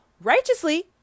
righteously